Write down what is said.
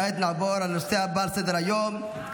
כעת נעבור לנושא הבא על סדר-היום,